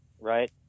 right